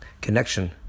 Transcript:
connection